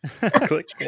Click